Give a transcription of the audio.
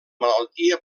malaltia